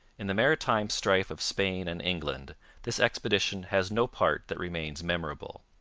in the maritime strife of spain and england this expedition has no part that remains memorable.